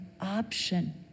option